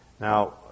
Now